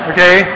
Okay